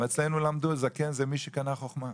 אצלנו למדו, זקן זה מי שקנה חוכמה.